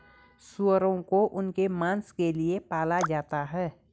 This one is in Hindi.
सूअरों को उनके मांस के लिए पाला जाता है